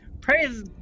Praise